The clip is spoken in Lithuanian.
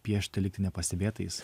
piešti likti nepastebėtais